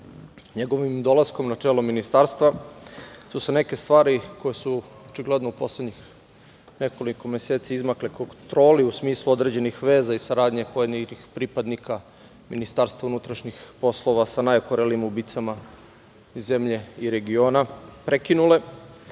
MUP-a. Njegovim dolaskom na čelo Ministarstva su se neke stvari koje su, očigledno u poslednjih nekoliko meseci izmakle kontroli u smislu određenih veza i saradnje pojedinih pripadnika MUP-a sa najokorelijim ubicama iz zemlje i regiona prekinule.